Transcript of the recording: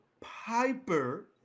Piper